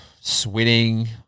sweating